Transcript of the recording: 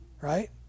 right